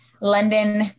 London